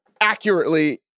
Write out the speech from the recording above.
accurately